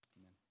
Amen